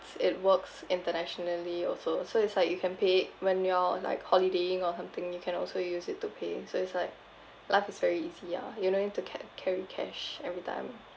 it works internationally also so it's like you can pay when you're like holidaying or something you can also use it to pay so it's like life is very easy ah you no need to ca~ carry cash every time